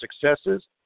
successes